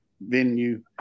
venue